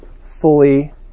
fully